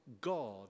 God